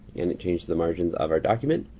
and it changed the margins of our document.